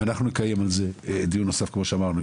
ואנחנו נקיים על זה דיון נוסף כמו שאמרנו,